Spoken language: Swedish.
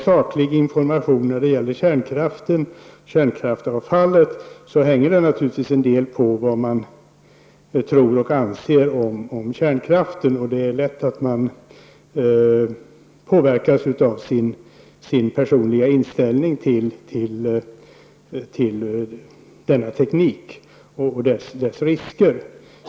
Saklig information om kärnkraften och kärnkraftsavvecklingen hänger naturligtvis till en del samman med vad man tror och anser om kärnkraften. Det är lätt att påverkas av sin personliga inställning till denna teknik och dess risker.